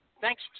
Thanks